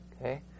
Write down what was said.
okay